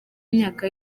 myaka